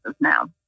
now